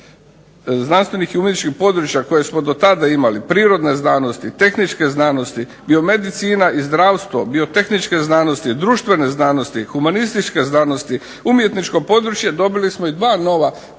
znanstvenih i umjetničkih područja koje smo tada imali, prirodne znanosti, tehničke znanosti, biomedicina, zdravstvo, bio tehničke znanosti, društvene znanosti, humanističke znanosti, umjetničko područje dobili smo dva nova područja